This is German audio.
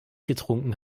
getrunken